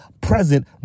present